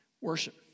Worship